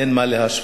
אין מה להשוות.